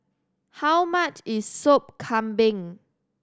how much is Sop Kambing